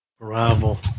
Arrival